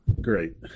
great